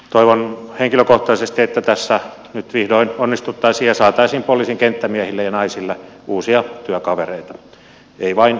toivon henkilökohtaisesti että tässä nyt vihdoin onnistuttaisiin ja saataisiin poliisin kenttämiehille ja naisille uusia työkavereita ei vain uusia päälliköitä